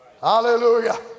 Hallelujah